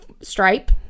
Stripe